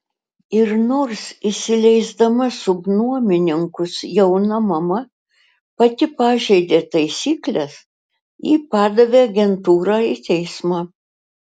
ir nors įsileisdama subnuomininkus jauna mama pati pažeidė taisykles ji padavė agentūrą į teismą